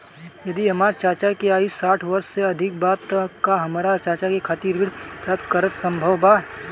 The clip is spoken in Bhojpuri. यदि हमार चाचा के आयु साठ वर्ष से अधिक बा त का हमार चाचा के खातिर ऋण प्राप्त करना संभव बा?